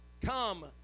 Come